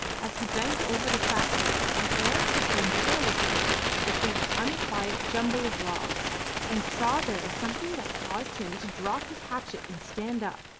as he bent over the fastenings he glanced again carelessly at the unquiet jumble of logs and saw there something that caused him to drop his hatchet and stand up,